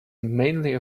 mainly